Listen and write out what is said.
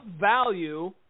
value